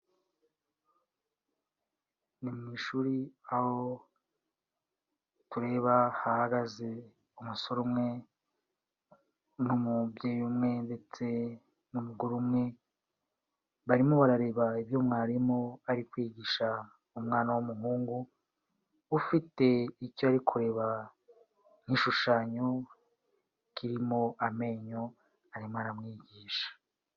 Ni mu ishuri aho tureba hahagaze umusore umwe n'umubyeyi umwe ndetse n'umugore umwe, barimo barareba ibyo mwarimu ari kwigisha umwana w'umuhungu ufite icyo ari kureba igishushanyo kirimo amenyo arimo aramwigisha.